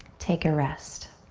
take a rest.